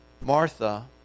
Martha